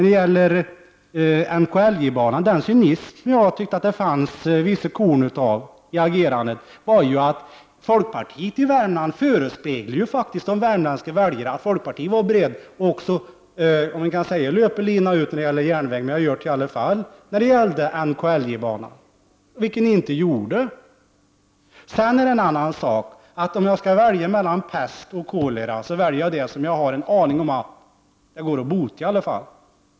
Den cynism som jag tycker att det fanns vissa korn av i agerandet när det gällde NKIJ-banan var att folkpartiet i Värmland faktiskt förespeglade de värmländska väljarna att folkpartiet var berett att löpa linan ut — om man nu kan säga det när det är fråga om en järnväg — när det gällde NKIJ-banan, vilket ni inte gjorde. Sedan är det en annan sak att om jag skall välja mellan pest och kolera väljer jag det som i alla fall går att bota.